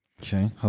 Okay